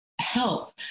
help